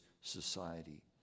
society